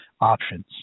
options